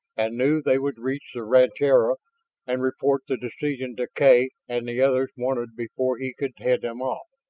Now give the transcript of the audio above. and knew they would reach the rancheria and report the decision deklay and the others wanted before he could head them off.